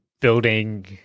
building